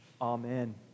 Amen